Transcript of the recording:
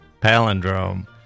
Palindrome